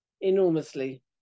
enormously